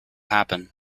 happen